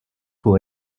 pour